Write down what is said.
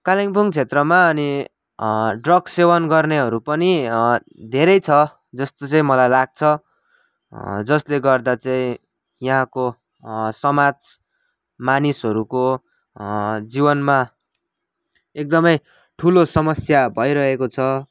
कालिम्पोङ क्षेत्रमा अनि ड्रग सेवन गर्नेहरू पनि धेरै छ जस्तो चाहिँ मलाई लाग्छ जसले गर्दा चाहिँ यहाँको समाज मानिसहरूको जीवनमा एकदमै ठुलो समस्या भइरहेको छ